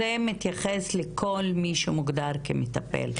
הנוהל הזה מתייחס לכל מי שמוגדר כמטפל.